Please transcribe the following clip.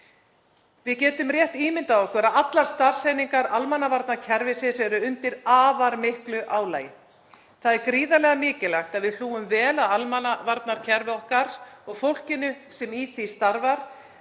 Við getum rétt ímyndað okkur að allar starfseiningar almannavarnakerfisins eru undir afar miklu álagi. Það er gríðarlega mikilvægt að við hlúum vel að almannavarnakerfi okkar og fólkinu sem í því starfar